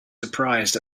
surprised